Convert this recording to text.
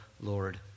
Lord